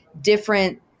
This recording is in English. different